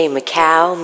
Macau